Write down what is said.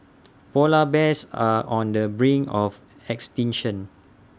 Polar Bears are on the brink of extinction